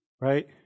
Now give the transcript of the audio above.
Right